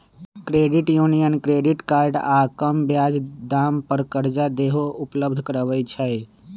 credit union credit card आऽ कम ब्याज दाम पर करजा देहो उपलब्ध करबइ छइ